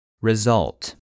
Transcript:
Result